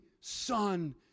son